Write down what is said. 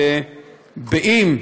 שאם,